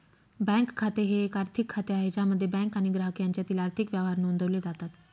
bank खाते हे एक आर्थिक खाते आहे ज्यामध्ये बँक आणि ग्राहक यांच्यातील आर्थिक व्यवहार नोंदवले जातात